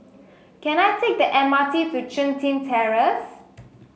can I take the M R T to Chun Tin Terrace